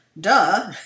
Duh